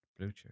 bluetooth